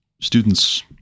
students